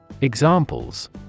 Examples